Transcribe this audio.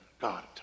God